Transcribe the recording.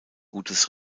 gutes